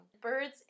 Birds